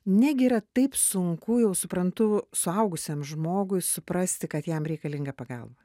negi yra taip sunku jau suprantu suaugusiam žmogui suprasti kad jam reikalinga pagalba